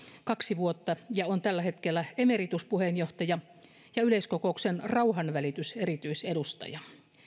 kaksi vuotta ja on tällä hetkellä emerituspuheenjohtaja ja yleiskokouksen rauhanvälitys erityisedustaja